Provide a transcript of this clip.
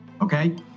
Okay